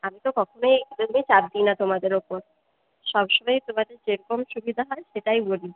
আমি তো কখনোই এইজন্যেই চাপ দিই না তোমাদের ওপর সবসময়ই তোমাদের যেরকম সুবিধা হয় সেটাই বলি